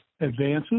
advances